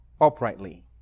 uprightly